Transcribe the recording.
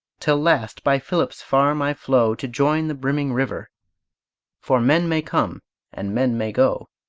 till last by philip's farm i flow to join the brimming river for men may come and men may go,